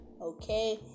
Okay